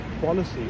policy